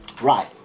Right